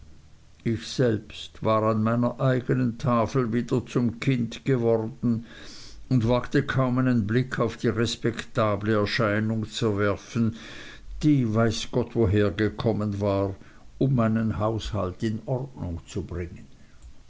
ich selbst war an meiner eignen tafel wieder zum kinde geworden und wagte kaum einen blick auf die respektable erscheinung zu werfen die weiß gott woher gekommen war um meinen haushalt in ordnung zu bringen